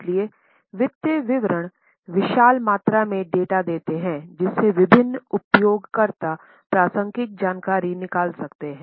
इसलिए वित्तीय विवरण विशाल मात्रा में डेटा देते हैं जिससे विभिन्न उपयोगकर्ता प्रासंगिक जानकारी निकाल सकते हैं